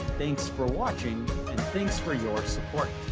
thanks for watching, and thanks for your support.